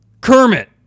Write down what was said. Kermit